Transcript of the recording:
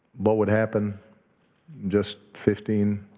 but would happen just fifteen